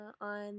on